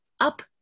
up